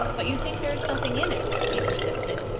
but you think there is something in it? he persisted.